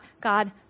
God